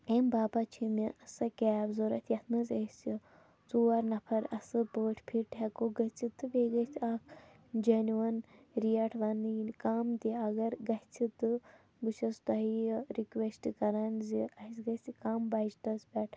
اَمہِ باپَتھ چھےٚ مےٚ سۄ کیب ضوٚرَتھ یَتھ منٛز أسہِ ژور نفر اَصٕل پٲٹھۍ فِٹ ہٮ۪کَو گٔژھِتھ تہٕ بیٚیہِ گژھِ اَکھ جیٚنوَن ریٹ وَنٕنۍ کَم تہِ اگر گژھِ تہٕ بہٕ چھَس تۄہہِ یہِ رِکویسٹ کران زِ اَسہِ گژھِ کَم بجٹَس پٮ۪ٹھ